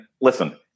listen